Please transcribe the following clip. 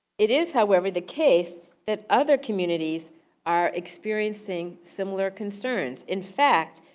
it is, however, the case that other communities are experiencing similar concerns. in fact,